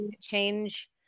change